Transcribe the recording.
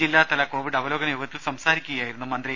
ജില്ലാതല കോവിഡ് അവലോകനയോഗത്തിൽ സംസാരിക്കുകയായിരുന്നു മന്ത്രി